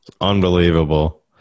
Unbelievable